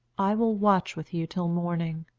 i will watch with you till morning.